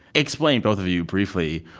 explain, both of you, briefly,